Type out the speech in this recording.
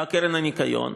בקרן לשמירת הניקיון,